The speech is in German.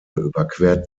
überquert